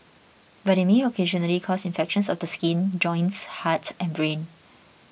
but they may occasionally cause infections of the skin joints heart and brain